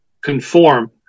conform